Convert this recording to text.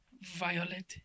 violet